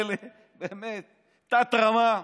הארחי-פרחי האלה, באמת, תת-רמה,